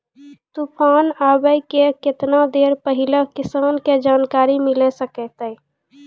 तूफान आबय के केतना देर पहिले किसान के जानकारी मिले सकते?